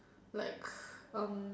like um